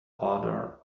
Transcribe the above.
odor